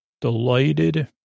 delighted